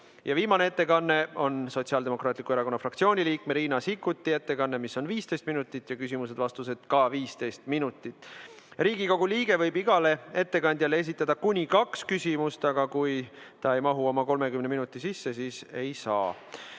Ja viimane ettekanne on Sotsiaaldemokraatliku Erakonna fraktsiooni liikme Riina Sikkuti ettekanne, mis on 15 minutit, ja küsimused-vastused on ka kuni 15 minutit. Riigikogu liige võib igale ettekandjale esitada kuni kaks küsimust, aga kui see ei mahu 30 minuti sisse, siis ei saa.